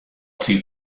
two